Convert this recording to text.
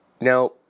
Now